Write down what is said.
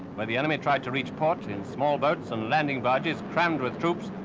but the enemy tried to reach port in small boats and landing barges crammed with troops,